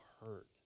hurt